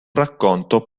racconto